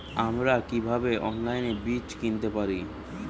আমরা কীভাবে অনলাইনে বীজ কিনতে পারি?